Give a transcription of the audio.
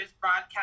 broadcast